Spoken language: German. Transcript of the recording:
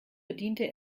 bediente